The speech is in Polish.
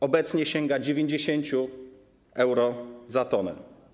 Obecnie sięga 90 euro za tonę.